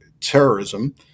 terrorism